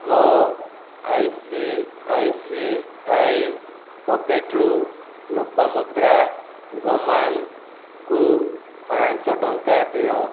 ମୋ I C I C I pocket ରୁ ଲୋପାମୁଦ୍ରା ଗମାଙ୍ଗ୍ ଙ୍କୁ ପାଁ'ଶହ ଟଙ୍କା ଦିଅ